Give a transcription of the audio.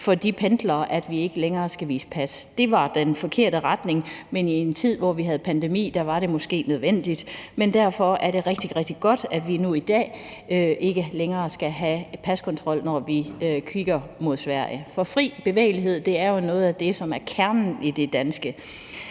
for de pendlere, at vi ikke længere skal vise pas. Det var den forkerte retning at gå, men i en tid, hvor vi havde en pandemi, var det måske nødvendigt. Men det er rigtig, rigtig godt, at vi nu i dag ikke længere skal have paskontrol, når vi tager til Sverige. For fri bevægelighed er jo noget af det, som er kernen i det danske